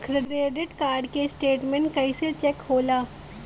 Credit card के statement कइसे check होला?